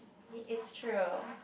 it is true